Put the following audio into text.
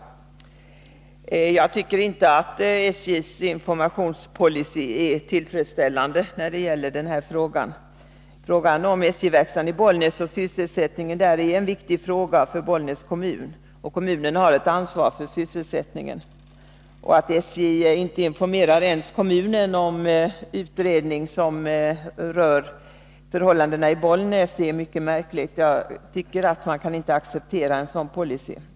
samhet vid SJ Jag tycker inte att SJ:s informationspolicy är tillfredsställande när det — verkstaden i Bollgäller denna fråga. Frågan om SJ-verkstaden i Bollnäs och sysselsättningen ä. där är en viktig fråga för Bollnäs kommun; kommunen har ett ansvar för sysselsättningen. Att SJ inte ens informerar Bollnäs kommun om en utredning som rör förhållandena i kommunen är mycket märkligt. Jag tycker att man inte kan acceptera en sådan policy.